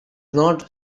not